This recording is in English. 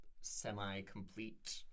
semi-complete